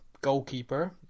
goalkeeper